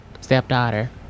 stepdaughter